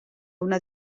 una